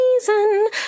reason